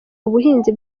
ubuhinzi